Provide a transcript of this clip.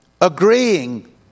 agreeing